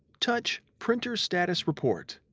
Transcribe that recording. touch printer status report.